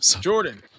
Jordan